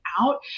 out